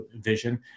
vision